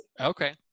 Okay